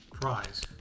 Prize